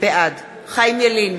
בעד חיים ילין,